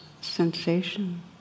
sensation